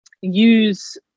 use